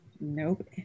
Nope